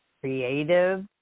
creative